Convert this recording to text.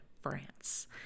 France